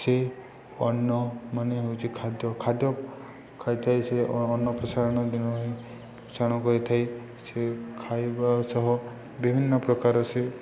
ସେ ଅନ୍ନ ମାନେ ହେଉଛି ଖାଦ୍ୟ ଖାଦ୍ୟ ଖାଇଥାଏ ସେ ଅନ୍ନପସାରଣ ଦିନ ପ୍ରସାରଣ କରିଥାଏ ସେ ଖାଇବା ସହ ବିଭିନ୍ନ ପ୍ରକାର ସେ